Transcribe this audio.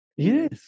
Yes